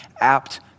apt